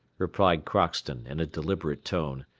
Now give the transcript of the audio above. replied crockston, in a deliberate tone,